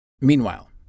Meanwhile